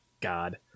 God